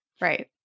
Right